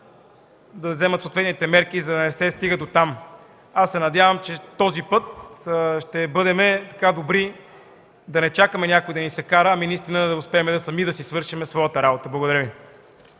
да вземат съответните мерки. Да не се стига дотам. Аз се надявам, че този път ще бъдем така добри да не чакаме някой да ни се кара, а наистина да успеем наистина сами да си свършим своята работа. Благодаря Ви.